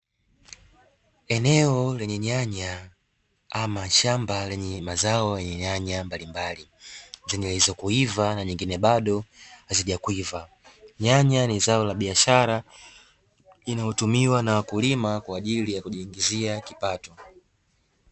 Eneo lenye nyanya ama shamba lenye mazao yenye nyanya mbalimbali zenye zilizokuiva na nyingine bado hazijakwiva. Nyanya ni zao la biashara linalotumiwa na wakulima kwa ajili ya kujiingizia kipato.